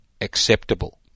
acceptable